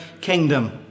kingdom